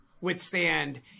withstand